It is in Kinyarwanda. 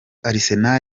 arsenal